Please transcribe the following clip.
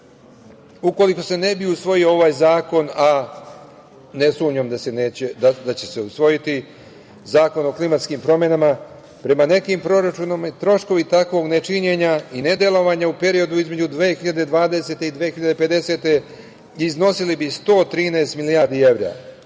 ukoliko se ne bi usvojio ovaj zakon, a ne sumnjam da će se usvojiti, Zakon o klimatskim promenama, prema nekim proračunima i troškovi takvog nečinjenja i nedelovanja u periodu između 2020. i 2050. godine iznosili bi 113 milijardi evra.